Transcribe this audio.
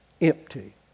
empty